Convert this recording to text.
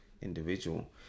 individual